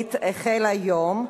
הישראלית החל היום,